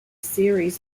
series